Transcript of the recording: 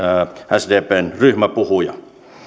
sdpn ryhmäpuhuja